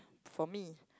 for me